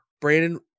Brandon